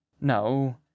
No